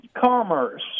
commerce